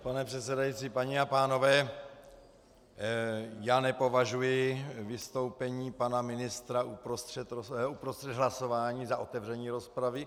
Pane předsedající, paní a pánové, já nepovažuji vystoupení pana ministra uprostřed hlasování za otevření rozpravy.